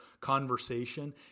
conversation